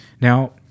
Now